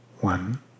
one